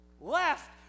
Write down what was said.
left